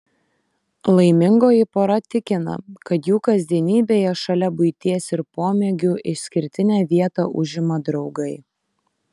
laimingoji pora tikina kad jų kasdienybėje šalia buities ir pomėgių išskirtinę vietą užima draugai